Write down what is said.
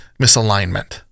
misalignment